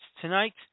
tonight